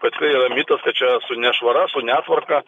toksai yra mitas kad čia su nešvara netvarka